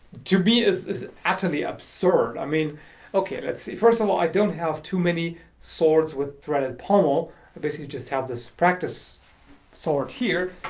to me, is is utterly absurd, i mean ok, let's see. first of all, i don't have too many swords with threaded pommel i basically just have this practice sword here,